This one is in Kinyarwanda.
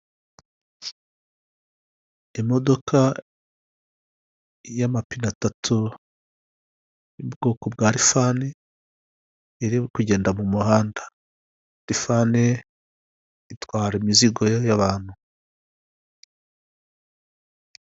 Imodoka y'amapine atatu yo mu bwoko bwa rifani iri kugenda mu muhanda . Rifani itwara imizigo yoroheye abantu.